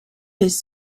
his